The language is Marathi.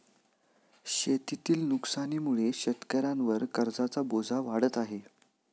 शेतीतील नुकसानीमुळे शेतकऱ्यांवर कर्जाचा बोजा वाढत आहे